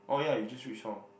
oh ya you just reach home